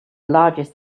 largest